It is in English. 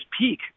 peak